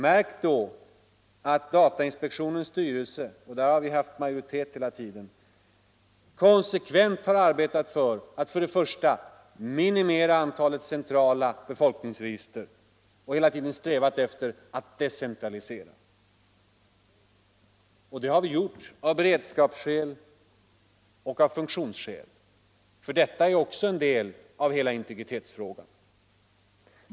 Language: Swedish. Märk då att datainspektionens styrelse — och där har vi haft majoritet hela tiden — konsekvent har arbetat för att minimera antalet centrala befolkningsregister och hela tiden strävat efter att decentralisera. Det har vi gjort av beredskapsskäl och av funktionsskäl, för detta är också en del av hela integritetsfrågan.